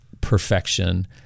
perfection